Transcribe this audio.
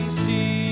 see